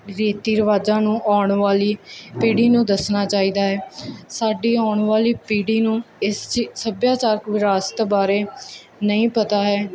ਰੀਤੀ ਰਿਵਾਜਾਂ ਨੂੰ ਆਉਣ ਵਾਲੀ ਪੀੜੀ ਨੂੰ ਦੱਸਣਾ ਚਾਹੀਦਾ ਹੈ ਸਾਡੀ ਆਉਣ ਵਾਲੀ ਪੀੜੀ ਨੂੰ ਇਸ ਸੱਭਿਆਚਾਰਕ ਵਿਰਾਸਤ ਬਾਰੇ ਨਹੀਂ ਪਤਾ ਹੈ